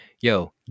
yo